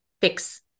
fix